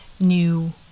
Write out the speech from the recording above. new